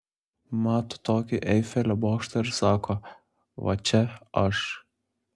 mato tokį eifelio bokštą ir sako va čia aš